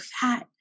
fat